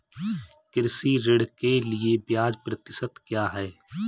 कृषि ऋण के लिए ब्याज प्रतिशत क्या है?